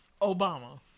Obama